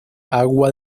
agua